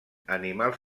animals